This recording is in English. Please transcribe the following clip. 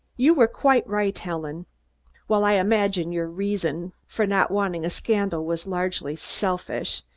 you were quite right, helen while i imagine your reason for not wanting a scandal was largely selfish,